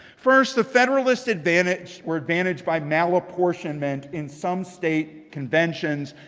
first, the federalists' advantage were advantaged by malapportionment in some state conventions,